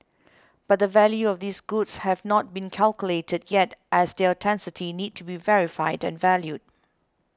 but the value of these goods have not been calculated yet as their authenticity need to be verified and valued